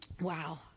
Wow